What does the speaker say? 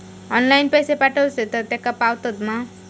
Online पैसे पाठवचे तर तेका पावतत मा?